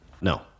No